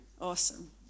awesome